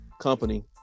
company